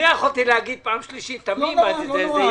תודה.